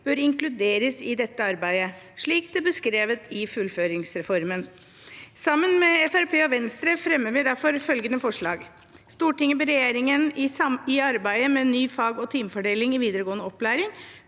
bør inkluderes i dette arbeidet, slik det ble beskrevet i fullføringsreformen. Sammen med Fremskrittspartiet og Venstre fremmer vi derfor følgende forslag: «Stortinget ber regjeringen i arbeidet med en ny fag- og timefordeling i videregående opplæring